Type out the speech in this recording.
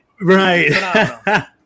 Right